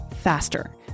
faster